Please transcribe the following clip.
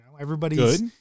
Everybody's